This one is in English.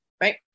right